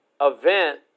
event